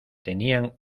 tenían